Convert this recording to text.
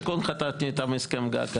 אני לבד כשר שיכון חתמתי איתם הסכם גג.